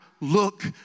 look